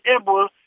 able